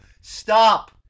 Stop